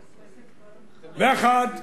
ואחד,